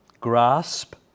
Grasp